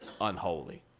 unholy